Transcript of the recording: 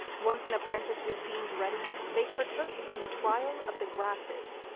once an apprentice was deemed ready, they partook in the trial of the grasses,